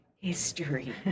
History